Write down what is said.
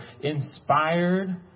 inspired